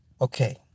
Okay